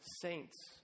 saints